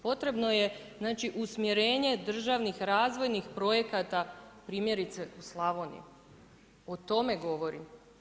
Potrebna je usmjerenje državnih razvojnih projekata, primjerice u Slavoniji, o tome govorim.